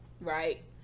right